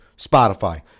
Spotify